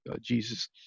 Jesus